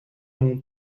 mon